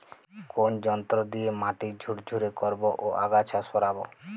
কোন যন্ত্র দিয়ে মাটি ঝুরঝুরে করব ও আগাছা সরাবো?